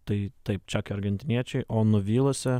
tai taip čekai argentiniečiai o nuvylusi